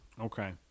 Okay